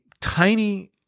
tiny